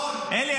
אלי,